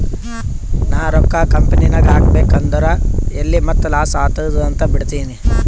ನಾ ರೊಕ್ಕಾ ಕಂಪನಿನಾಗ್ ಹಾಕಬೇಕ್ ಅಂದುರ್ ಎಲ್ಲಿ ಮತ್ತ್ ಲಾಸ್ ಆತ್ತುದ್ ಅಂತ್ ಬಿಡ್ತೀನಿ